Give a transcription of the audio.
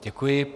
Děkuji.